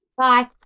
Bye